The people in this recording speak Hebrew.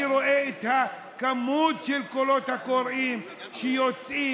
אני רואה את הכמות של הקולות הקוראים שיוצאים, במשרד